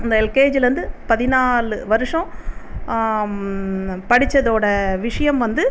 அந்த எல்கேஜிலேருந்து பதினாலு வருஷம் படிச்சதோட விஷயம் வந்து